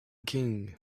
king